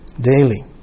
Daily